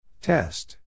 Test